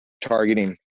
targeting